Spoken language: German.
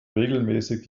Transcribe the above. regelmäßig